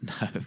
No